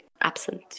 absent